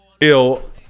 ill